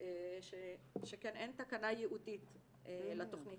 שכן אין תקנה ייעודית לתכנית